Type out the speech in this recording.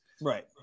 right